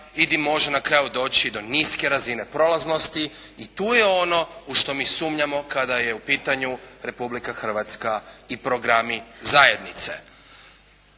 i gdje može na kraju doći do niske razine prolaznosti i tu je ono u što mi sumnjamo kada je u pitanju Republika Hrvatska i programi zajednice.